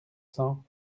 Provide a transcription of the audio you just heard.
cents